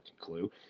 clue